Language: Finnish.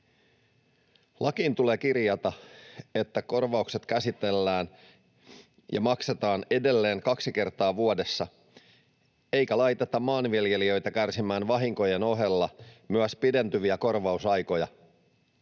Lakiin tulee kirjata, että korvaukset käsitellään ja maksetaan edelleen kaksi kertaa vuodessa, eikä laiteta maanviljelijöitä kärsimään vahinkojen ohella myös pidentyvistä korvausajoista.